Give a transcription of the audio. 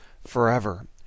forever